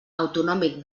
autonòmic